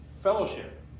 fellowship